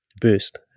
boost